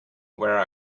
where